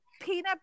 peanut